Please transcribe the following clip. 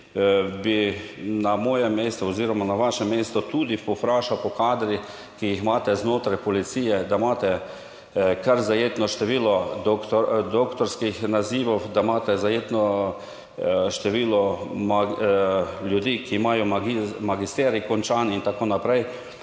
bi na mojem mestu oziroma na vašem mestu tudi povprašal po kadrih, ki jih imate znotraj policije, da imate kar zajetno število doktorskih nazivov, da imate zajetno število ljudi, ki imajo magisterij končan in tako naprej,